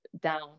down